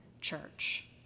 church